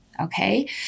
Okay